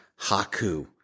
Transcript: Haku